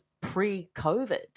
pre-COVID